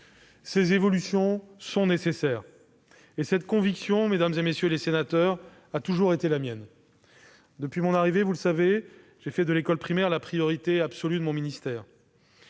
Ces évolutions sont nécessaires. Et cette conviction, mesdames, messieurs les sénateurs, a toujours été la mienne. Depuis mon arrivée au Gouvernement, vous le savez, j'ai fait de l'école primaire la priorité de mon ministère.